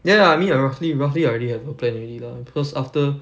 ya ya I mean I roughly roughly already have a plan already lah because after